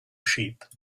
sheep